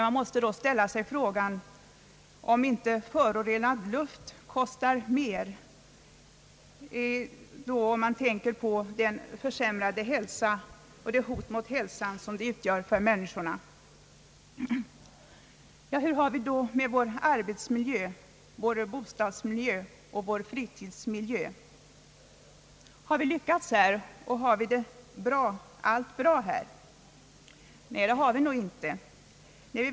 Man måste då ställa frågan om inte förorenad luft kostar mera, eftersom den utgör ett hot mot människornas hälsa. Hur har vi det med vår arbetsmiljö, vår bostadsmiljö och vår fritidsmiljö? Har vi lyckats därvidlag? Är allting bra? Nej, bra är det nog inte.